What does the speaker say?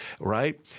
right